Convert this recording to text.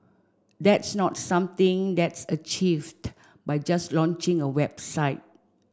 that's not something that's achieved by just launching a website